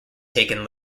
taken